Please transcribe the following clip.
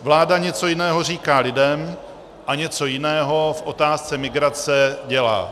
Vláda něco jiného říká lidem a něco jiného v otázce migrace dělá.